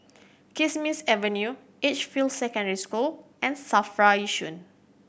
Kismis Avenue Edgefield Secondary School and SAFRA Yishun